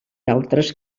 altres